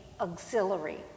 auxiliary